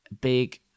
big